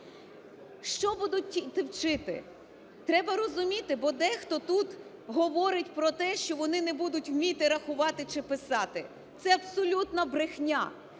Що будуть діти вчити? Треба розуміти, бо дехто тут говорить про те, що вони не будуть вміти рахувати чи писати. Це абсолютна брехня.